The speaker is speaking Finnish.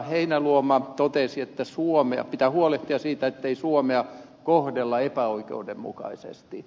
heinäluoma totesi että pitää huolehtia siitä ettei suomea kohdella epäoikeudenmukaisesti